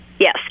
Yes